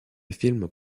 film